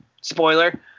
Spoiler